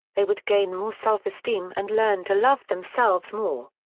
they would gain more self-esteem and learn to love themselves more.